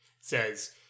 says